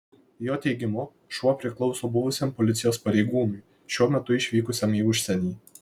jo teigimu šuo priklauso buvusiam policijos pareigūnui šiuo metu išvykusiam į užsienį